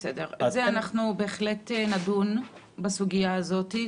בסדר, בהחלט נדון בסוגיה הזאת.